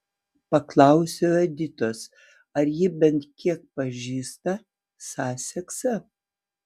paklausiau editos ar ji bent kiek pažįsta saseksą